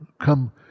come